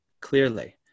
clearly